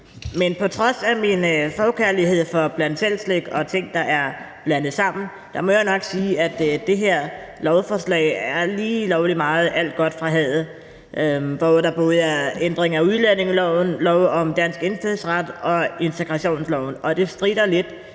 Men på trods af min forkærlighed for bland selv-slik og ting, der er blandet sammen, så må jeg nok sige, at det her lovforslag er lige lovlig meget alt godt fra havet, hvor der både er ændringer af udlændingeloven, lov om dansk indfødsret og integrationsloven. Og det stritter lidt